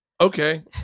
Okay